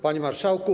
Panie Marszałku!